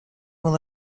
will